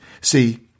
See